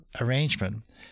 arrangement